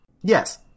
Yes